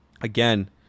again